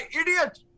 idiot